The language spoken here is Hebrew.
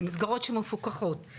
זה מסגרות שמפוקחות,